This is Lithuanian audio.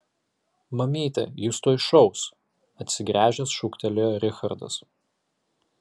mamyte jis tuoj šaus atsigręžęs šūktelėjo richardas